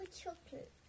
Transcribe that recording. chocolate